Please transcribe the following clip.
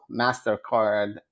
MasterCard